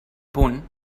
punt